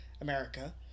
America